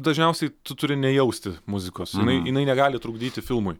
dažniausiai tu turi nejausti muzikos jinai jinai negali trukdyti filmui